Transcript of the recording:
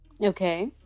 Okay